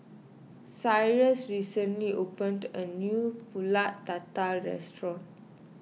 Cyrus recently opened a new Pulut Tatal restaurant